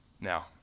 Now